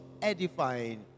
Edifying